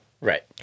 right